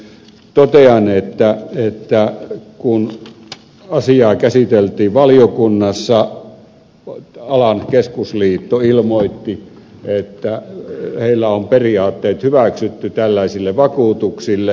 totean että kun asiaa käsiteltiin valiokunnassa alan keskusliitto ilmoitti että heillä on periaatteet hyväksytty tällaisille vakuutuksille